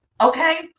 Okay